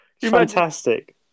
Fantastic